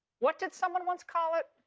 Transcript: what did someone wants call it?